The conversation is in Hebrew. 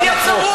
אל תהיה צבוע.